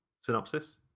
synopsis